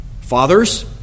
Fathers